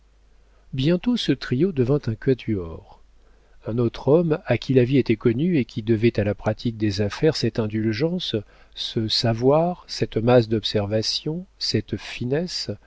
bientôt ce trio devint un quatuor un autre homme à qui la vie était connue et qui devait à la pratique des affaires cette indulgence ce savoir cette masse d'observations cette finesse